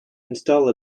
install